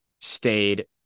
stayed